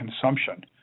consumption